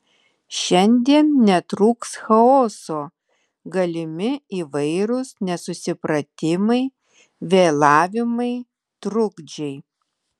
šiandien netrūks chaoso galimi įvairūs nesusipratimai vėlavimai trukdžiai